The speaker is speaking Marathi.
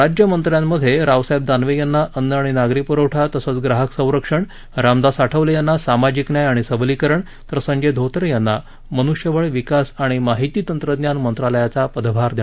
राज्यमंत्र्यांमधे रावसाहेब दानवे यांना अन्न आणि नागरी प्रवठा तसंच ग्राहक संरक्षण रामदास आठवले यांना सामाजिक न्याय आणि सबलीकरण तर संजय धोते यांना मन्ष्यबळ विकास आणि माहिती तंत्रज्ञान मंत्रालयाचा पदभार देण्यात आला आहे